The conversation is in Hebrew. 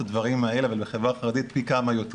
הדברים האלה ובחברה החרדית פי כמה יותר.